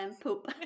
poop